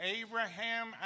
Abraham